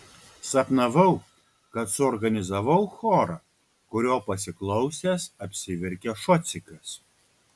sapnavau kad suorganizavau chorą kurio pasiklausęs apsiverkė šocikas